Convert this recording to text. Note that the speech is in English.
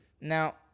Now